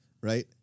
right